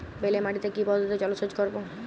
বেলে মাটিতে কি পদ্ধতিতে জলসেচ করব?